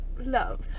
love